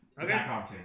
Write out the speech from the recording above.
Okay